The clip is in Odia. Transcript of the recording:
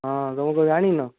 ହଁ ତୁମେ କ'ଣ ଜାଣିନ